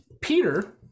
Peter